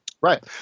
Right